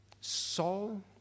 Saul